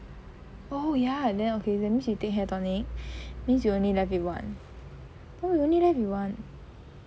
oh ya and then okay that means you take hair tonic means you only left with one oh you only left with one